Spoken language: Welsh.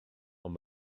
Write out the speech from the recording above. ond